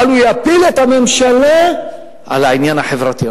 אבל הוא יפיל את הממשלה על העניין החברתי.